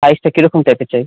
সাইজটা কীরকম টাইপের চাই